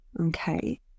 Okay